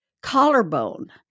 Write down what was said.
collarbone